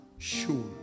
sure